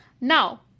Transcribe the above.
Now